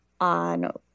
on